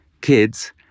kids